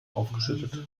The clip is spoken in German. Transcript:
aufgeschüttet